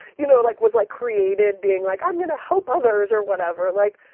you know, like, was, like, created being like, i'm going to help others or whatever. like,